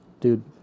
Dude